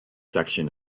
section